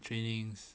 trainings